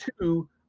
two